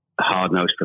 hard-nosed